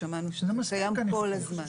קיימת כל הזמן.